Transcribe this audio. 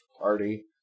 party